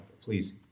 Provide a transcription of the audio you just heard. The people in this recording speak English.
please